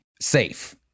safe